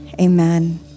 amen